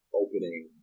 opening